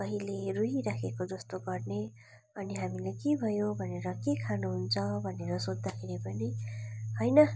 कहिले रोइरहेको जस्तो गर्ने अनि हामीले के भयो भनेर के खानु हुन्छ भनेर सोद्धाखेरि पनि होइन